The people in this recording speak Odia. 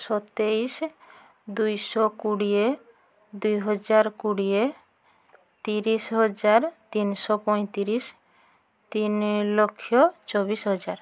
ସତେଇଶ ଦୁଇଶ କୋଡ଼ିଏ ଦୁଇ ହଜାର କୋଡ଼ିଏ ତିରିଶ ହଜାର ତିନିଶହ ପଞ୍ଚତିରିଶ ତିନିଲକ୍ଷ ଚବିଶ ହଜାର